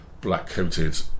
black-coated